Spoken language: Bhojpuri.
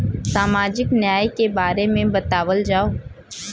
सामाजिक न्याय के बारे में बतावल जाव?